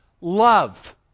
love